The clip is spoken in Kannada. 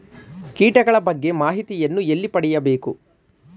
ಕೀಟಗಳ ಬಗ್ಗೆ ಮಾಹಿತಿಯನ್ನು ಎಲ್ಲಿ ಪಡೆಯಬೇಕು?